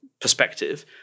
perspective